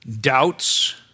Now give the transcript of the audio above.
doubts